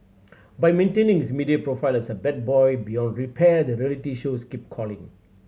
by maintaining his media profile as a bad boy beyond repair the reality shows keep calling